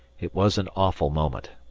it was an awful moment.